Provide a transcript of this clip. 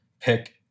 pick